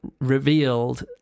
revealed